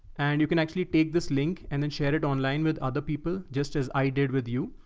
and you can actually take this link and then share it online with other people just as i did with you.